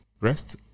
rest